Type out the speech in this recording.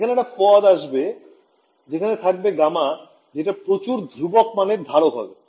এখানে একটা পদ আসবে যেখানে থাকবে গামা যেটা প্রচুর ধ্রুবক মানের ধারক হবে